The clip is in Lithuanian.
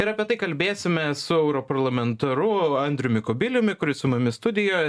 ir apie tai kalbėsime su europarlamentaru andriumi kubiliumi kuris su mumis studijoje